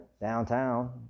downtown